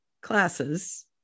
classes